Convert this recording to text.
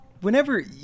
Whenever